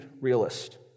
realist